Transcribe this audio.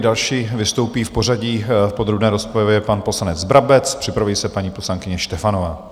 Další vystoupí v pořadí v podrobné rozpravě pan poslanec Brabec, připraví se paní poslankyně Štefanová.